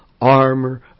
armor